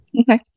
Okay